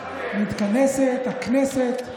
מתכנסת הכנסת,